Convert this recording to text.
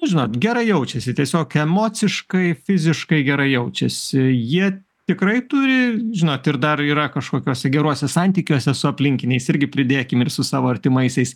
nu žinot gera jaučiasi tiesiog emociškai fiziškai gerai jaučiasi jie tikrai turi žinot ir dar yra kažkokiuose geruose santykiuose su aplinkiniais irgi pridėkim ir su savo artimaisiais